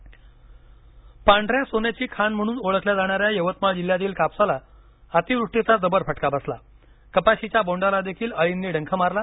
सीता दही यवतमाळ पांढऱ्या सोन्याची खाण म्हणून ओळखल्या जाणाऱ्या यवतमाळ जिल्ह्यातील कापसाला अतिवृष्टीचा जबर फटका बसला कपाशीच्या बोंडाला देखील अळींनी डंख मारला